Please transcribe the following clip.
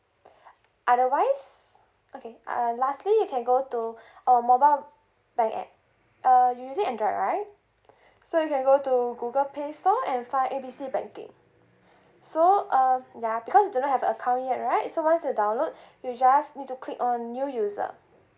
otherwise okay uh lastly you can go to our mobile bank app uh you using android right so you can go to google play store and find A B C banking so um ya because you do not have a account yet right so once you download you just need to click on new user